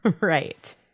Right